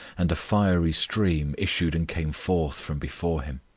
and a fiery stream issued and came forth from before him.